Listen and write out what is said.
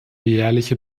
jährliche